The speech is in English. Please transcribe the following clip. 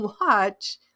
watch